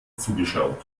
zugeschaut